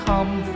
Come